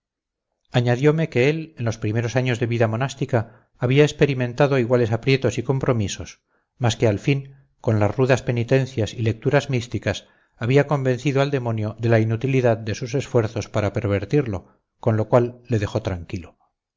límites añadiome que él en los primeros años de vida monástica había experimentado iguales aprietos y compromisos mas que al fin con las rudas penitencias y lecturas místicas había convencido al demonio de la inutilidad de sus esfuerzos para pervertirlo con lo cual le dejó tranquilo